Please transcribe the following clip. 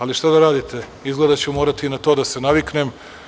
Ali, šta da radite, izgleda da ću morati i na to da se naviknem.